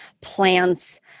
plants